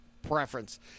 Preference